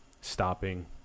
stopping